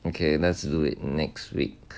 okay let's do it next week